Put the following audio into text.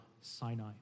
Sinai